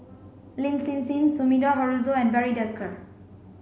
Lin Hsin Hsin Sumida Haruzo and Barry Desker